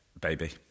baby